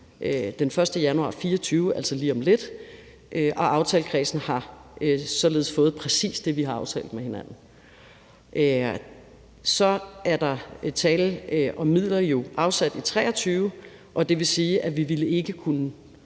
den 1. januar 2024, altså lige om lidt, og aftalekredsen har således fået præcis det, vi har aftalt med hinanden. Så er der jo tale om midler afsat i 2023, og det vil sige, at vi ikke ville kunne